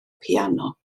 piano